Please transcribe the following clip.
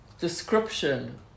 description